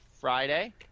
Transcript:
Friday